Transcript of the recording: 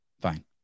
Fine